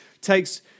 takes